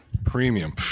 premium